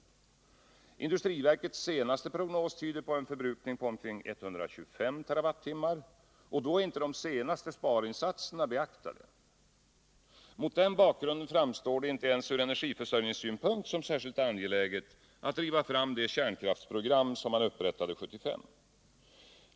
Industriverkets senaste prognos tyder på en förbrukning på omkring 125 TWh, och då är inte de senaste sparinsatserna beaktade. Mot den bakgrunden framstår det inte ens ur energiförsörjningssynpunkt som särskilt angeläget att driva fram det kärnkraftsprogram som man upprättade 1975.